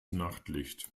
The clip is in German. nachtlicht